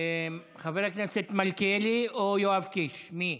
חבר הכנסת מלכיאלי או יואב קיש, מי?